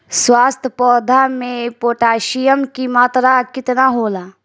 स्वस्थ पौधा मे पोटासियम कि मात्रा कितना होला?